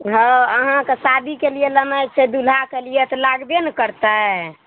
हँ अहाँके शादीके लिए लनाइ छै दुल्हाके लिए तऽ लागबे ने करतै